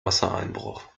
wassereinbruch